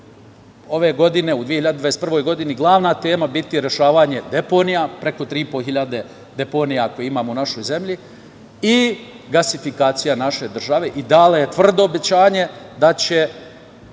ove godine, u 2021. godini, glavna tema biti rešavanje deponija, preko 3500 deponija koje imamo u našoj zemlji, i gasifikacija naše države i dala je tvrdo obećanje da će